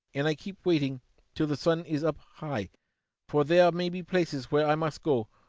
and i keep waiting till the sun is up high for there may be places where i must go,